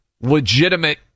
legitimate